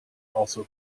also